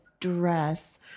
dress